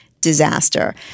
disaster